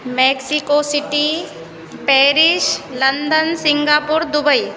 Mexico city Paris London Singapore Dubai